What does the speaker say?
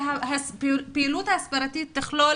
שהפעילות ההסברתית תכלול